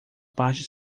parte